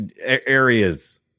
areas